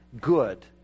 good